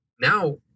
Now